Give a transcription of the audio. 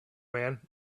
man